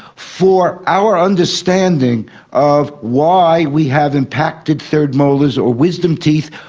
for our understanding of why we have impacted third molars or wisdom teeth,